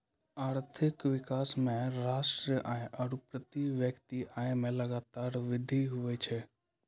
आर्थिक विकास मे राष्ट्रीय आय आरू प्रति व्यक्ति आय मे लगातार वृद्धि हुवै छै